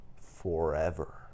Forever